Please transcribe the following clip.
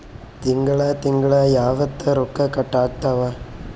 ತಿಂಗಳ ತಿಂಗ್ಳ ಯಾವತ್ತ ರೊಕ್ಕ ಕಟ್ ಆಗ್ತಾವ?